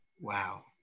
Wow